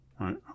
right